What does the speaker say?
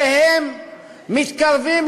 שהם מתקרבים,